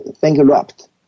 bankrupt